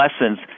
lessons